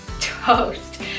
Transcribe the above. toast